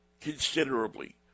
considerably